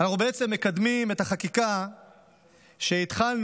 אנחנו מקדמים את החקיקה שהתחלנו,